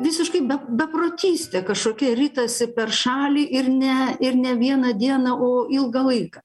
visiškai beprotystė kažkokia ritasi per šalį ir ne ir ne vieną dieną o ilgą laiką